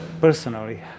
personally